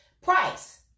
price